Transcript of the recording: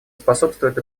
способствует